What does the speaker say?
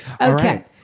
Okay